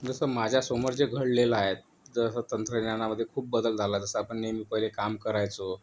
जसं माझ्या समोर जे घडलेलं आहे जसं तंत्रज्ञानामधे खूप बदल झाला जसं आपण नेहमी पहिले काम करायचो